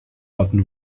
button